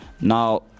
now